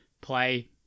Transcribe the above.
play